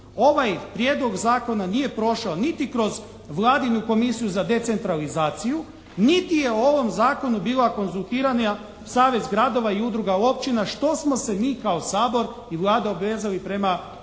ovaj prijedlog zakona nije prošao niti kroz vladinu Komisiju za decentralizaciju, niti je o ovom zakonu bila konzultirana Savez gradova i udruga i općina što smo se mi kao Sabor i Vlada obvezali po